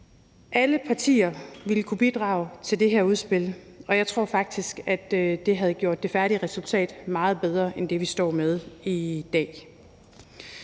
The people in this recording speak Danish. Alle partier ville kunne bidrage til det her udspil, og jeg tror faktisk, at det havde gjort det færdige resultat meget bedre end det, vi står med i dag.